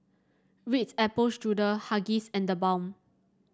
Ritz Apple Strudel Huggies and TheBalm